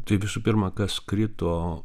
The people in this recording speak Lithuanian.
tai visų pirma kas krito